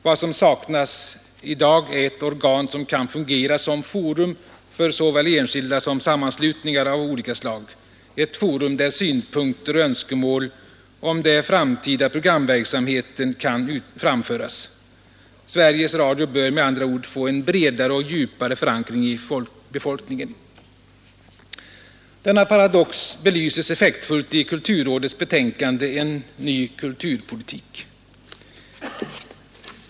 Vad som saknas i dag är ett organ som kan fungera som forum för såväl enskilda som sammanslutningar av olika slag, ett forum där synpunkter och önskemål om den framtida programverksamheten kan framföras. Sveriges Radio bör med andra ord få en bredare och djupare förankring i befolkningen. Denna paradox belyses effektfullt i kulturrådets betänkande ”En ny kulturpolitik”.